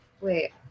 Wait